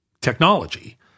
technology